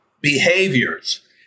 behaviors